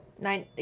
nine